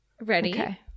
Ready